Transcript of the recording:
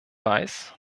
weiß